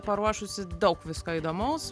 paruošusi daug visko įdomaus